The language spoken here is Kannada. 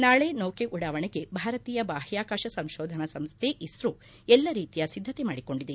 ನಾಳೆ ನೌಕೆ ಉಡಾವಣೆಗೆ ಭಾರತೀಯ ಬಾಹ್ಯಾಕಾಶ ಸಂಶೋಧನಾ ಸಂಸ್ಟೆ ಇಸ್ತೊ ಎಲ್ಲ ರೀತಿಯ ಸಿದ್ದತೆ ಮಾಡಿಕೊಂಡಿದೆ